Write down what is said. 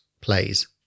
plays